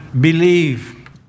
believe